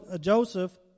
Joseph